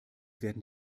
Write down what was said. werden